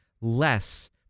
less